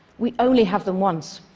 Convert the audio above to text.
we only have them once.